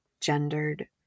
gendered